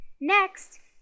Next